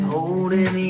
Holding